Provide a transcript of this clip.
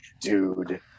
dude